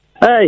Hey